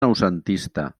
noucentista